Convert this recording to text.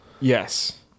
Yes